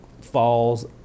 falls